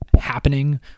happening